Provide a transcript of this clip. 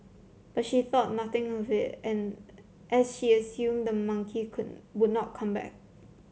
but she thought nothing of it and as she assumed the monkey could would not come back